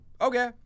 okay